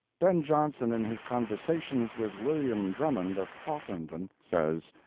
ben jonson in his conversations with william drummond of hawthornden says,